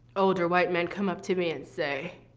older white men come up to me and say,